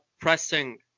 Pressing